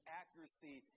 accuracy